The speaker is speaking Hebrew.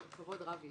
וכבוד רב יש.